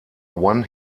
one